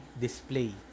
display